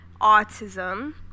autism